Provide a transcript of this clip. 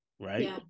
right